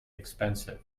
expensive